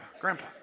Grandpa